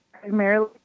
primarily